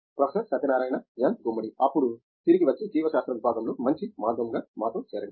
professor Satyanarayana N Gummadi అప్పుడు తిరిగి వచ్చి జీవశాస్త్ర విభాగంలో మంచి మార్గంగా మాతో చేరండి